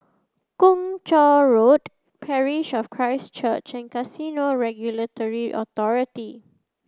Kung Chong Road Parish of Christ Church and Casino Regulatory Authority